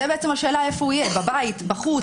זו בעצם השאלה איפה הוא יהיה, בבית, בחוץ.